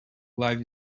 life